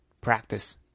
practice